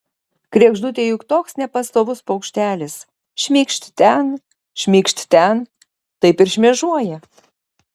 kregždutė juk toks nepastovus paukštelis šmykšt šen šmykšt ten taip ir šmėžuoja